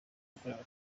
yakorewe